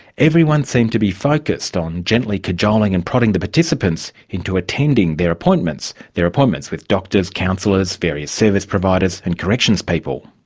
everyone seemed to be focused on gently cajoling and prodding the participants into attending their appointments their appointments with doctors, counsellors, various service providers and corrections people.